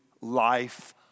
life